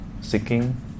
seeking